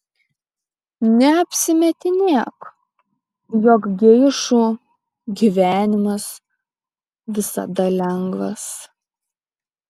neapsimetinėk jog geišų gyvenimas visada lengvas